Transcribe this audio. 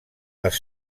les